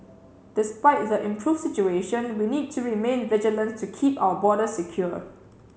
despite the improved situation we need to remain vigilant to keep our borders secure